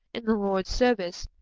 in the lord's service,